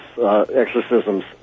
exorcisms